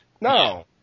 No